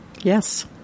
Yes